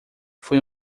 foi